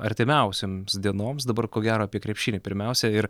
artimiausioms dienoms dabar ko gero apie krepšinį pirmiausia ir